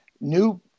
new